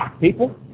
people